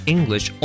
English